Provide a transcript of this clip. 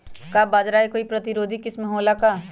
का बाजरा के कोई प्रतिरोधी किस्म हो ला का?